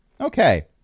Okay